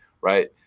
right